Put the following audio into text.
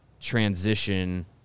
transition